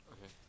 Okay